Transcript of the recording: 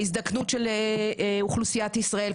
ההזדקנות של אוכלוסיית ישראל,